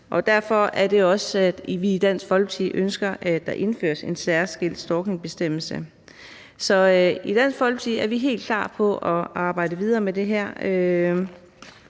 derfor, at vi i Dansk Folkeparti ønsker, at der indføres en særskilt stalkingbestemmelse. Så i Dansk Folkeparti er vi helt klar på at arbejde videre med det her,